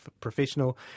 professional